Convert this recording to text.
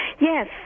Yes